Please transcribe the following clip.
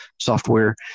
software